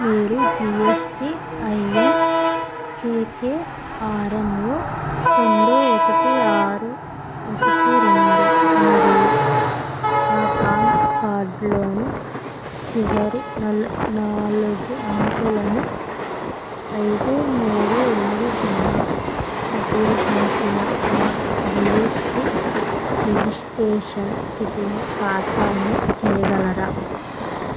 మీరు G S T I N K K R N O రెండు ఒకటి ఆరు ఒకటి రెండు మరియు నా పాన్ కార్డ్లోను చివరి నలు నాలుగు అంకెలను ఐదు మూడు ఎనిమిది సున్నా ఉపయోగించిన నా జీ ఎస్ టీ రిజిస్ట్రేషన్ స్థితిని ఖాతాని చేయ్యగలరా